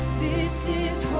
this is